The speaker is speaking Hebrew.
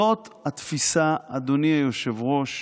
זו התפיסה, אדוני היושב-ראש,